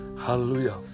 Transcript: hallelujah